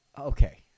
okay